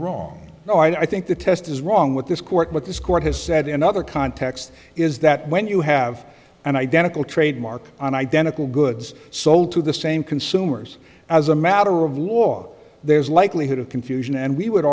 wrong no i think the test is wrong with this court but this court has said in another context is that when you have an identical trademark on identical goods sold to the same consumers as a matter of law there's likelihood of confusion and we would